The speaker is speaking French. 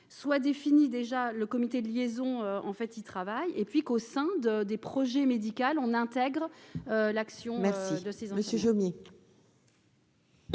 soit défini déjà le comité de liaison, en fait, il travaille et puis qu'au sein de des projets médical on intègre l'action merci de ces Monsieur Jomier.